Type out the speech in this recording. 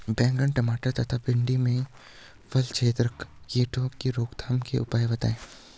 बैंगन टमाटर तथा भिन्डी में फलछेदक कीटों की रोकथाम के उपाय बताइए?